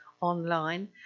online